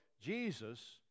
Jesus